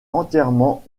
entièrement